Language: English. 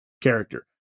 character